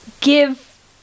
give